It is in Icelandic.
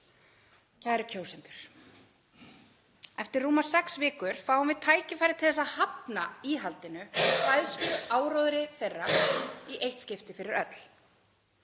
Kæru kjósendur. Eftir rúmar sex vikur fáum við tækifæri til að hafna íhaldinu og hræðsluáróðri þess í eitt skipti fyrir öll.